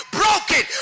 broken